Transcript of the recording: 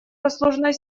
послужной